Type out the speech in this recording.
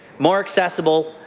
more accessible,